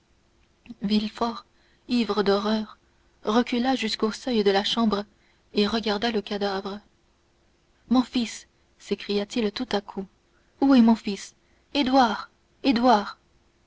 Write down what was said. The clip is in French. villefort ivre d'horreur recula jusqu'au seuil de la chambre et regarda le cadavre mon fils s'écria-t-il tout à coup où est mon fils édouard édouard